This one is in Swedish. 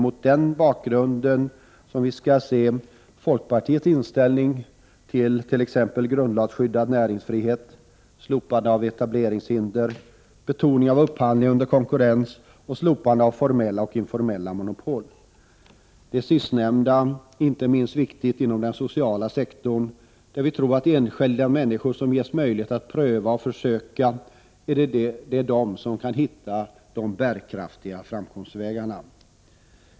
Mot den bakgrunden skall vi se folkpartiets inställning till grundlagsskyddad näringsfrihet, slopande av etableringshinder, betoning av upphandling under konkurrens och slopande av formella och informella monopol. Det sistnämnda är inte minst viktigt inom den sociala sektorn där vi tror att de enskilda människorna som ges möjlighet att pröva och försöka är de som kan hitta bärkraftiga framkomstvägar.